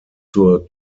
zur